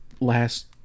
last